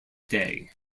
day